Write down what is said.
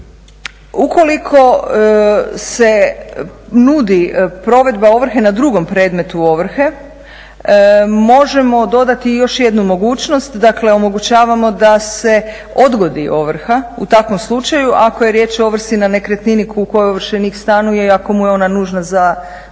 Ukoliko se nudi provedba ovrhe na drugom predmetu ovrhe možemo dodati i još jednu mogućnost. Dakle, omogućavamo da se odgodi ovrha u takvom slučaju ako je riječ o ovrsi na nekretnini u kojoj ovršenik stanuje i ako mu je ona nužna za zadovoljenje